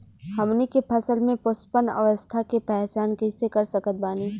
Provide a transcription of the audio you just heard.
हमनी के फसल में पुष्पन अवस्था के पहचान कइसे कर सकत बानी?